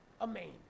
amain